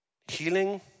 healing